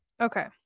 okay